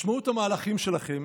משמעות המהלכים שלכם